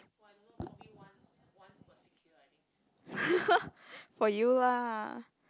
for you lah